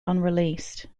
unreleased